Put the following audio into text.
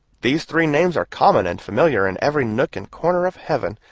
these three names are common and familiar in every nook and corner of heaven,